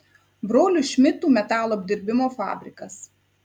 brolių šmidtų metalo apdirbimo fabrikas